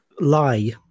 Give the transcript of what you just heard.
lie